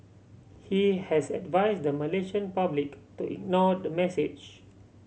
he has advise the Malaysian public to ignore the message